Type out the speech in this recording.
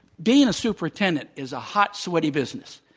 being a superintendent is a hot, sweaty business.